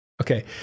Okay